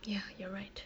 ya you are right